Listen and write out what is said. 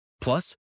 Plus